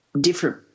different